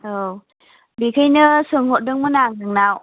औ बेखायनो सोंहरदोंमोन आं नोंनाव